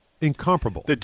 incomparable